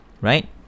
right